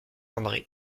andré